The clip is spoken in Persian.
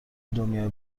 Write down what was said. دنیای